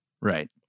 Right